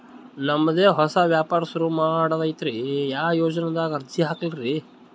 ನಮ್ ದೆ ಹೊಸಾ ವ್ಯಾಪಾರ ಸುರು ಮಾಡದೈತ್ರಿ, ಯಾ ಯೊಜನಾದಾಗ ಅರ್ಜಿ ಹಾಕ್ಲಿ ರಿ?